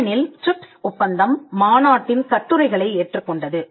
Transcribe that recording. ஏனெனில் ட்ரிப்ஸ் ஒப்பந்தம் மாநாட்டின் கட்டுரைகளை ஏற்றுக்கொண்டது